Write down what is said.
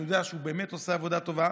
שאני יודע שהוא באמת עושה עבודה טובה.